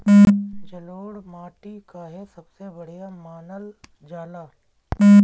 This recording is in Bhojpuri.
जलोड़ माटी काहे सबसे बढ़िया मानल जाला?